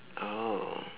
oh